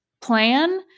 plan